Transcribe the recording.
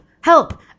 Help